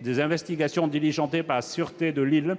des investigations diligentées par la sûreté de Lille